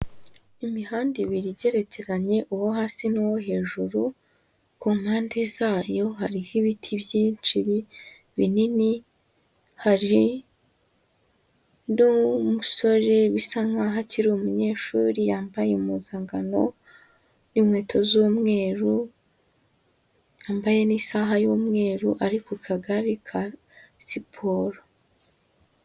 Imihanda ibiri igerekeranye uwo hasi n'uwo hejuru, ku mpande zayo hariho ibiti byinshi binini, hari undi musore bisa nkaho akiri umunyeshuri yambaye impuzankano n'inkweto z'umweru, yambaye n'isaha y'umweru, ari ku kagare ka siporo.